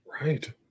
Right